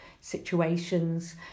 situations